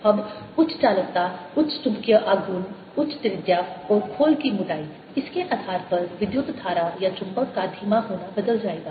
अब उच्च चालकता उच्च चुंबकीय आघूर्ण उच्च त्रिज्या और खोल की मोटाई इसके आधार पर विद्युत धारा या चुंबक का धीमा होना बदल जाएगा